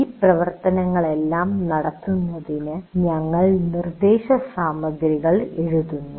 ഈ പ്രവർത്തനങ്ങളെല്ലാം നടത്തുന്നതിന് ഞങ്ങൾ നിർദ്ദേശ സാമഗ്രികൾ എഴുതുന്നു